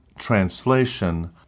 translation